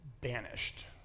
banished